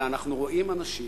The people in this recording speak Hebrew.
אלא אנחנו רואים אנשים